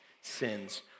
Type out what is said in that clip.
sins